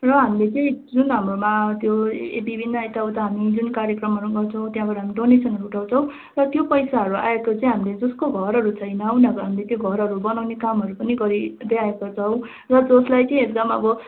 र हामीले चाहिँ जुन हाम्रोमा त्यो ए विभिन्न यताउता हामी जुन कार्यक्रमहरू गर्छौँ त्यहाँबाट हामी डोनेसनहरू उठाउँछौँ र त्यो पैसाहरू आएको चाहिँ हामीले जसको घरहरू छैन उनीहरूको हामीले त्यो घरहरू बनाउने कामहरू पनि गरिँदै आएको छौँ र जसलाई चाहिँ एकदम अब